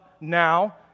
now